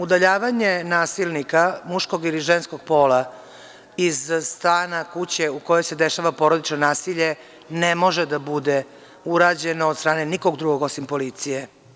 Udaljavanje nasilnika muškog ili ženskog pola iz stana, kuće u kojoj se dešava porodično nasilje ne može da bude urađeno od strane nikog drugog osim policije.